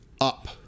up